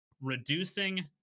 reducing